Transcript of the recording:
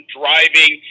driving